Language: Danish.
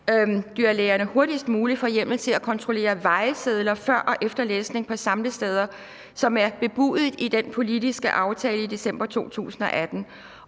embedsdyrlægerne hurtigst muligt får en hjemmel til at kontrollere vejesedler før og efter læsning på samlesteder, som det er bebudet i den politiske aftale fra december i 2018.